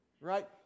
right